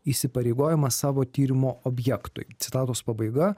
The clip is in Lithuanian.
įsipareigojimas savo tyrimo objektui citatos pabaiga